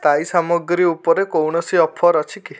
ସ୍ଥାୟୀ ସାମଗ୍ରୀ ଉପରେ କୌଣସି ଅଫର୍ ଅଛି କି